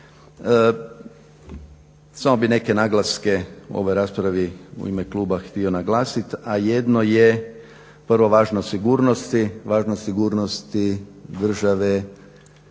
samo bih neke naglaske ovoj raspravi u ime kluba htio naglasiti, a jedno je vrlo važno sigurnost države